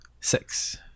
Six